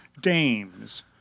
Dames